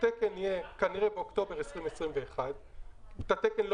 תקן יהיה כנראה באוקטובר 2021. את התקן לא